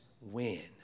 win